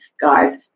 guys